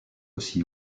aussi